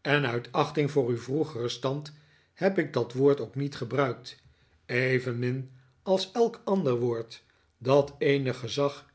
en uit achting voor uw vroegeren stand heb ik dat woord ook niet gebruikt evenmin als elk ander woord dat eenig gezag